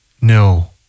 No